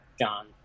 John